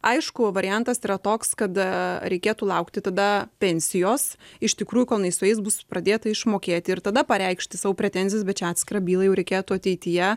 aišku variantas yra toks kad reikėtų laukti tada pensijos iš tikrųjų kol jinai sueis bus pradėta išmokėti ir tada pareikšti savo pretenzijas bet čia atskirą bylą jau reikėtų ateityje